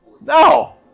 no